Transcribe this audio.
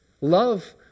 Love